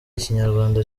ikinyarwanda